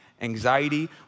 anxiety